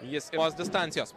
jis jos distancijos